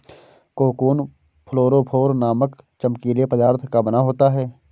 cocoon fluorophore नामक चमकीले पदार्थ का बना होता है